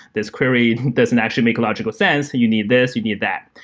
this query doesn't actually make a logical sense. and you need this. you need that.